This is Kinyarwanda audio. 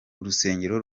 urusengero